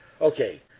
Okay